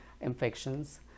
infections